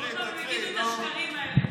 עוד מעט הם יגידו את השקרים האלה.